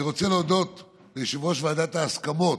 אני רוצה להודות ליושבי-ראש ועדת ההסכמות,